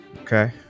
Okay